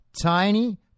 tiny